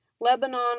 Lebanon